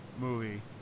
movie